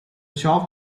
shop